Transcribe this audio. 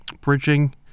bridging